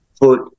put